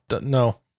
No